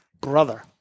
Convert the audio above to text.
Brother